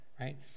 right